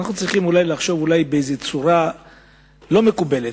אולי אנחנו צריכים לחשוב בצורה לא מקובלת,